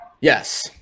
yes